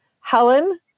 Helen